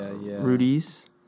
Rudy's